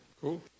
Cool